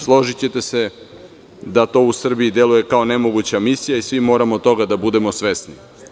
Složićete se da to u Srbiji deluje kao nemoguća misija i svi moramo toga da budemo svesni.